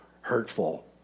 hurtful